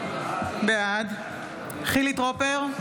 בעד חילי טרופר,